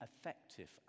effective